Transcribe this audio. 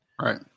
right